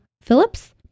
Phillips